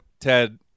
Ted